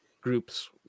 groups